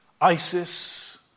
ISIS